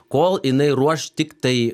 kol jinai ruoš tiktai